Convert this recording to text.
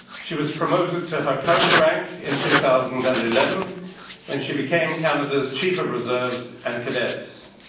she was promoted to her current rank in two thousand and eleven when she became canada's chief of reserves and cadets.